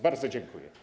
Bardzo dziękuję.